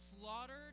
slaughtered